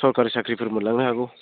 सरखारि साख्रिफोर मोनलांनो हागौ